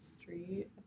street